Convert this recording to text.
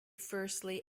firstly